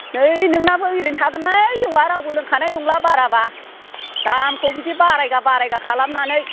नै नोंनाबो ओरैनो थागोनहाय जौआ रावबो लोंखानाय नङा बाराब्ला दामखौ बिदि बारायगा बारायगा खालामनानै